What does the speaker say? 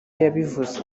yabivuze